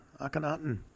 Akhenaten